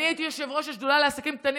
אני הייתי יושב-ראש השדולה לעסקים קטנים